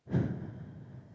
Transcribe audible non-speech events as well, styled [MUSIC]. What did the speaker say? [BREATH]